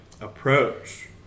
approach